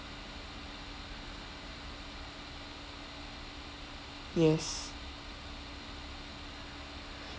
yes